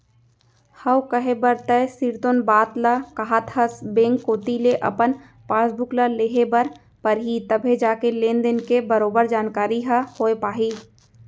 हव कहे बर तैं सिरतोन बात ल काहत हस बेंक कोती ले अपन पासबुक ल लेहे बर परही तभे जाके लेन देन के बरोबर जानकारी ह होय पाही